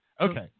Okay